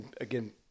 again